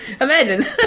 Imagine